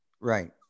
Right